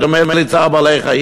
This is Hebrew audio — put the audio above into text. את אומרת לי: צער בעלי-חיים?